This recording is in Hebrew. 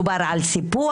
מדובר על סיפוח,